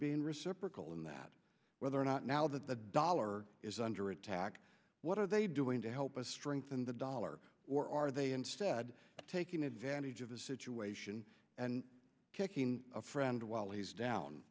being reciprocal in that whether or not now that the dollar is under attack what are they doing to help us strengthen the dollar or are they instead taking advantage of the situation and kicking a friend while he's down